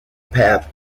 path